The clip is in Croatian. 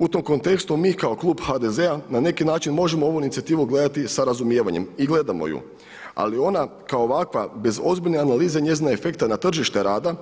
U tom kontekstu mi kao klub HDZ-a, na neki način možemo ovu inicijativu gledati sa razumijevanjem i gledamo ju, ali ona kao ovakva bez ozbiljne analize, njezina efekta na tržište rada,